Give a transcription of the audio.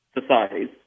societies